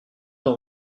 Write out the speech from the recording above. dans